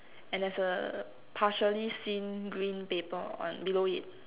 and there's a partially seen green paper on below it